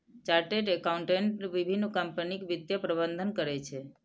chartered accountant विभिन्न कंपनीक वित्तीय प्रबंधन करै छै